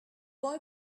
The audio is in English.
boy